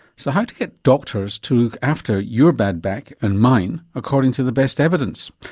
so how to get doctors to look after your bad back and mine according to the best evidence?